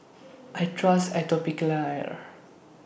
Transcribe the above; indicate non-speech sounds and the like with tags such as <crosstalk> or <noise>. <noise> I Trust Atopiclair